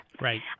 Right